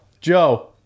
Joe